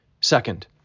Second